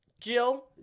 Jill